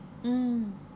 mm